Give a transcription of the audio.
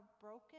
broken